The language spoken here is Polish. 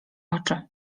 oczy